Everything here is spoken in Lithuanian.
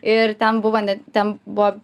ir ten buvo ne ten buvo